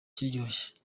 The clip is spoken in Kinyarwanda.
kiryoshye